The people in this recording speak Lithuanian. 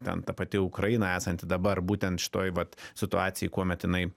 ten ta pati ukraina esanti dabar būtent šitoj vat situacijai kuomet jinai